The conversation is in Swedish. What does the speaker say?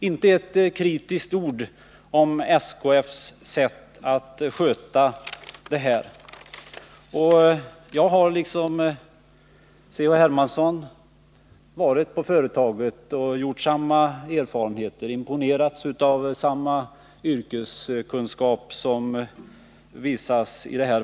Inte ett kritiskt ord om SKF:s sätt att sköta det här. Jag har liksom C.-H. Hermansson besökt företaget och gjort samma erfarenheter, dvs. imponerats av den yrkeskunskap som finns där.